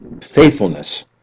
faithfulness